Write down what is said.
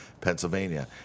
Pennsylvania